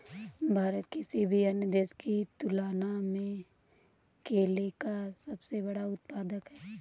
भारत किसी भी अन्य देश की तुलना में केले का सबसे बड़ा उत्पादक है